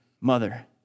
mother